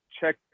check